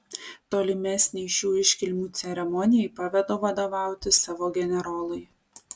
tolimesnei šių iškilmių ceremonijai pavedu vadovauti savo generolui